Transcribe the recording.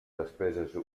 despeses